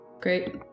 Great